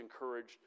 encouraged